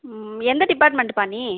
எந்த டிப்பார்ட்மெண்ட்டுப்பா நீ